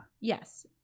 yes